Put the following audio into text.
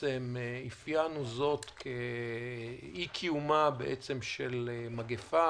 אפיינו זאת כאי-קיומה של מגפה,